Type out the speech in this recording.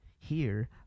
Here